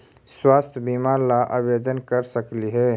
स्वास्थ्य बीमा ला आवेदन कर सकली हे?